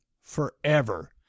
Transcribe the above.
forever